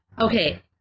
Okay